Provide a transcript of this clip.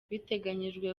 biteganyijwe